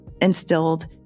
instilled